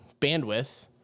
bandwidth